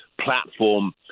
platform